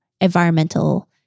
environmental